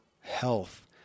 health